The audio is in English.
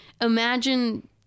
imagine